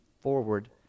forward